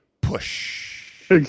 push